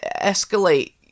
escalate